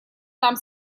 там